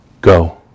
Go